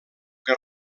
que